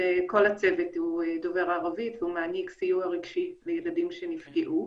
שכל הצוות הוא דובר ערבית והוא מעניק סיוע רגשי לילדים שנפגעו.